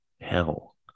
hell